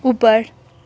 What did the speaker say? ऊपर